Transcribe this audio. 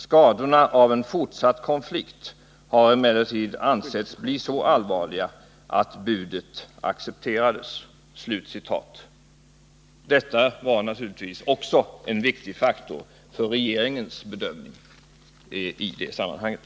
Skadorna av en fortsatt konflikt har emellertid ansetts bli så allvarliga att budet accepterades.” Detta var naturligtvis också en viktig faktor för regeringens bedömning i det sammanhanget.